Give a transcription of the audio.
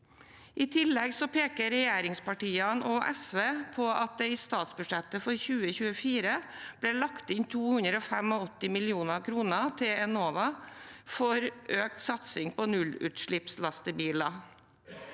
I tillegg peker regjeringspartiene og SV på at det i statsbudsjettet for 2024 ble lagt inn 285 mill. kr til Enova for økt satsing på nullutslippslastebiler.